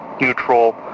neutral